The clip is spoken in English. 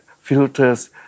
filters